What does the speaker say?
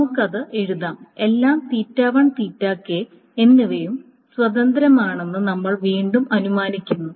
നമുക്ക് അത് എഴുതാം എല്ലാ എന്നിവയും സ്വതന്ത്രമാണെന്ന് നമ്മൾ വീണ്ടും അനുമാനിക്കുന്നു